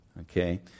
okay